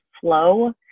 flow